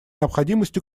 необходимость